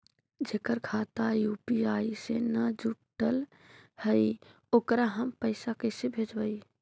जेकर खाता यु.पी.आई से न जुटल हइ ओकरा हम पैसा कैसे भेजबइ?